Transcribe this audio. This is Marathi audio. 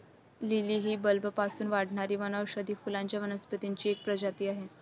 लिली ही बल्बपासून वाढणारी वनौषधी फुलांच्या वनस्पतींची एक प्रजाती आहे